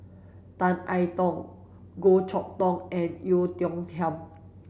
Tan I Tong Goh Chok Tong and Oei Tiong Ham